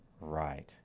right